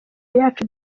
yacu